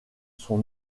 son